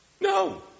No